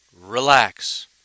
relax